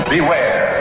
Beware